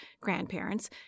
grandparents